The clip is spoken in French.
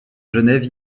genève